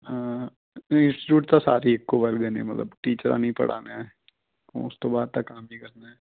institute ਤਾਂ ਸਾਰੇ ਇੱਕੋ ਵਰਗੇ ਨੇ ਮਤਲਬ ਟੀਚਰਾਂ ਨੇ ਹੀ ਪੜ੍ਹਾਉਣਾ ਹੈ ਉਸ ਤੋਂ ਬਾਅਦ ਤਾਂ ਕੰਮ ਹੀ ਕਰਨਾ ਹੈ